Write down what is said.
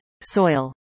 soil